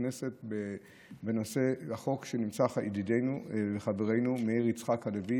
בכנסת בנושא החוק של ידידנו וחברנו מאיר יצחק הלוי,